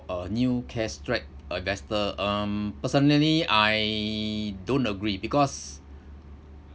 a new cash strapped uh investor um personally I don't agree because